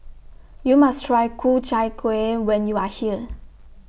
YOU must Try Ku Chai Kueh when YOU Are here